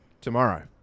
Tomorrow